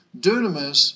Dunamis